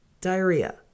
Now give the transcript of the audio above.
diarrhea